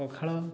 ପଖାଳ